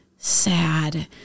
sad